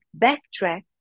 backtrack